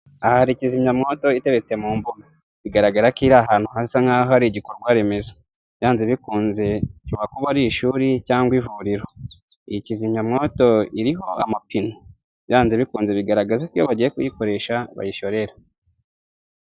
Aha hari kizimyamwoto iteretse mu mbuga bigaragara ko iri ahantu hasa nk'aho ari igikorwa remezo, byanze bikunze bishobora kuba ari ishuri cyangwa ivuriro. Iyi kizimyamwoto iriho amapine byanze bikunze bigaragaza iyo bagiye kuyikoresha bayishorera.